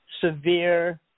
severe